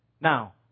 Now